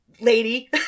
lady